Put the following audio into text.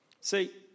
See